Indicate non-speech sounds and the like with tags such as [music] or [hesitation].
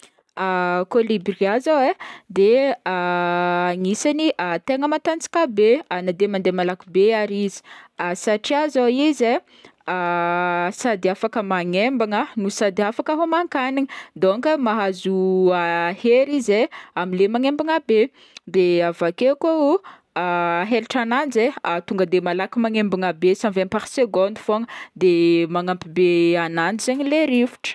[hesitation] Colibria zao ai de [hesitation] agnisan'ny [hesitation] tegna matanjaka be na de mandeha malaky be ary izy ary satria zao izy ai [hesitation] sady afaka magnembagna no sady afaka hômankanigny donc mahazo [hesitation] hery izy ai am'le magnembagna be de avakeo koa ô [hesitation] helatrananjy ai [hesitation] tonga de malaky magnembagna be cent vignt par seconde fogna de magnampy be ananjy zaigny le rivotra.